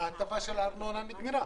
ההטבה של הארנונה נגמרה.